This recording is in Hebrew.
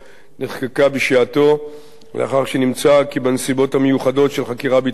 נחקקה בשעתו לאחר שנמצא כי בנסיבות המיוחדות של חקירה ביטחונית